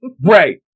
Right